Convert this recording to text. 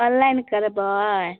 online करबै